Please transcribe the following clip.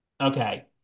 Okay